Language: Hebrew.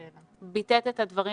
פשוט ביטאת את הדברים,